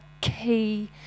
key